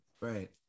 Right